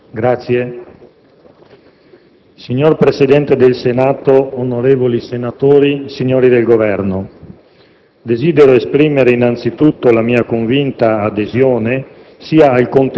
*(Ulivo)*. Signor Presidente del Senato, onorevoli senatori, signori del Governo, desidero esprimere innanzitutto la mia convinta adesione